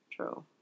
True